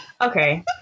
Okay